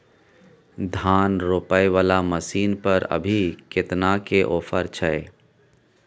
धान रोपय वाला मसीन पर अभी केतना के ऑफर छै?